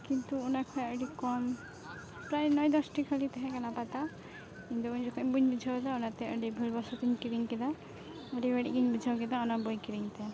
ᱠᱤᱱᱛᱩ ᱚᱱᱟ ᱠᱷᱚᱡ ᱟᱹᱰᱤ ᱠᱚᱢ ᱯᱨᱟᱭ ᱱᱚᱭ ᱫᱚᱥᱴᱤ ᱠᱷᱟᱹᱞᱤ ᱛᱮᱦᱮᱸ ᱠᱟᱱᱟ ᱯᱟᱛᱟ ᱤᱧᱫᱚ ᱩᱱ ᱡᱚᱠᱷᱮᱡ ᱵᱟᱹᱧ ᱵᱩᱡᱷᱟᱹᱣ ᱞᱮᱫᱟ ᱚᱱᱟᱛᱮ ᱟᱹᱰᱤ ᱵᱷᱩᱞ ᱵᱚᱥᱚᱛᱚᱧ ᱠᱤᱨᱤᱧ ᱠᱮᱫᱟ ᱟᱹᱰᱤ ᱵᱟᱹᱲᱤᱡᱜᱤᱧ ᱵᱩᱡᱷᱟᱹᱣ ᱠᱮᱫᱟ ᱚᱱᱟ ᱵᱳᱭ ᱠᱤᱨᱤᱧᱛᱮ